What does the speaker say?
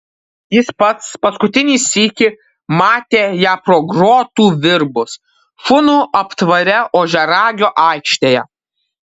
jis pats paskutinį sykį matė ją pro grotų virbus šunų aptvare ožiaragio aikštėje